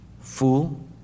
Fool